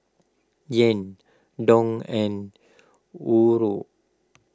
Yen Dong and Euro